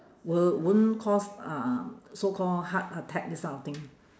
will won't cause uh so call heart attack this type of thing